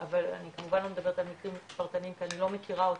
אבל אני כמובן לא מדברת על מקרים פרטניים כי אני לא מכירה אותם,